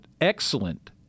excellent